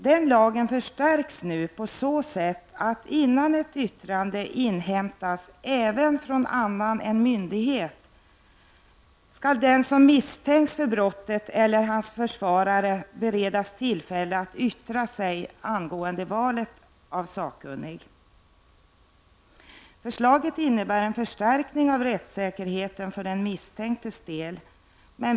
Den lagen förstärks på så sätt att innan ett yttrande inhämtas även från annan myndighet skall den som misstänks för brottet eller hans försvarare beredas tillfälle att yttra sig angående valet av sakkunnig. Förslaget innebär för den misstänktes del en förstärkning av rättssäkerheten.